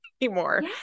anymore